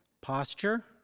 Posture